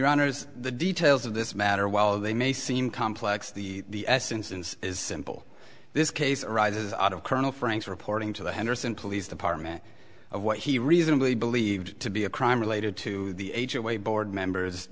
honors the details of this matter while they may seem complex the essence ins is simple this case arises out of colonel franks reporting to the henderson police department of what he reasonably believed to be a crime related to the age of way board members